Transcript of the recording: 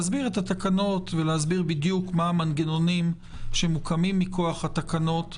להסביר את התקנות ולהסביר בדיוק מה המנגנונים שמוקמים מכוח התקנות.